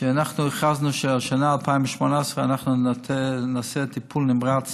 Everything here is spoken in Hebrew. שאנחנו הכרזנו שהשנה, 2018, אנחנו נעשה טיפול נמרץ